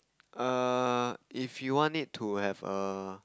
err if you want it to have a